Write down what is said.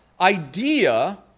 idea